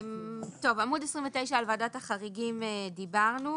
עמוד 29, על ועדת החריגים דיברנו,